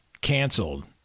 canceled